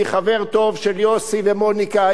אני חבר טוב של יוסי ומוניקה,